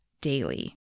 daily